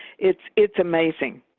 it's, it's amazing.